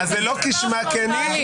אז זה לא כשמה כן היא.